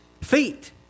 feet